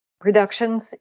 Reductions